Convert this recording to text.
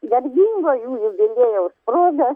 garbingo jų jubiliejaus proga